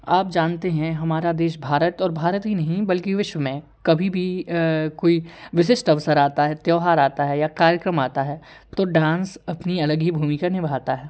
आप जानते हैं हमारा देश भारत और भारत ही नहीं बल्कि विश्व में कभी भी कोई विशिष्ट अवसर आता है त्योहार आता है या कार्यक्रम आता है तो डांस अपनी अलग ही भूमिका निभाता है